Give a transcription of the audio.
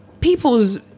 people's